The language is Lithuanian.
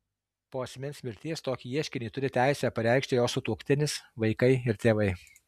po asmens mirties tokį ieškinį turi teisę pareikšti jo sutuoktinis vaikai ir tėvai